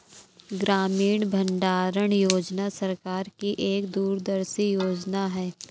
ग्रामीण भंडारण योजना सरकार की एक दूरदर्शी योजना है